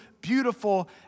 beautiful